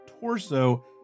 torso